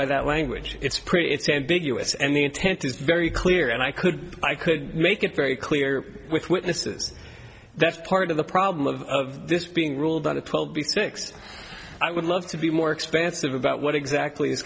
by that language it's pretty it's ambiguous and the intent is very clear and i could i could make it very clear with witnesses that's part of the problem of this being ruled on the twelve b six i would love to be more expansive about what exactly is